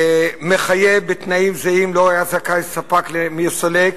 מחייב בתנאים זהים לאלה שלהם היה זכאי הספק מהסולק.